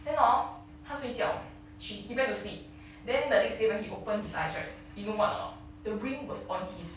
then orh 他睡觉 she he went to sleep then the next day when he opened his eyes right you know what or not the ring was on his